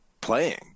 playing